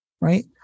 Right